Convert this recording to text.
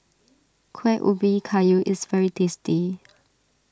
Kueh Ubi Kayu is very tasty